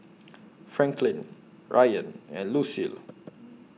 Franklyn Ryann and Lucille